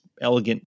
elegant